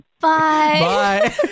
Bye